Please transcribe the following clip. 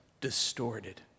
distorted